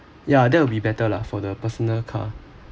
yeah that would be better lah for the personal car